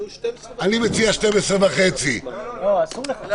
אני מציע 12:30. לא, אסור לך.